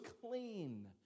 clean